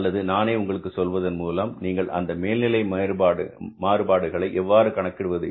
அல்லது நானே உங்களுக்கு சொல்வதன் மூலம் நீங்கள் அந்த மேல்நிலை மாறுபாடுகளை எவ்வாறு கணக்கிடுவது